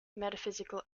metaphysical